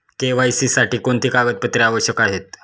KYC साठी कोणती कागदपत्रे आवश्यक आहेत?